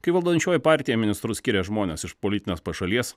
kai valdančioji partija ministrus skiria žmones už politines pašalies